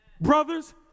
Brothers